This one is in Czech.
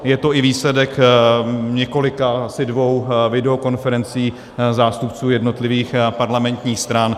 Je to i výsledek několika asi dvou videokonferencí zástupců jednotlivých parlamentních stran.